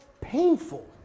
painful